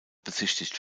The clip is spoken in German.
besichtigt